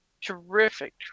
Terrific